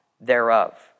thereof